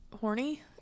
horny